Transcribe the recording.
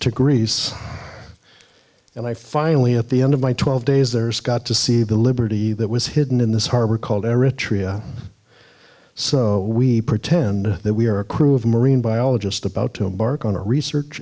to greece and i finally at the end of my twelve days there's got to see the liberty that was hidden in this harbor called eritrea so we pretend that we are a crew of marine biologist about to embark on a research